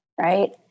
right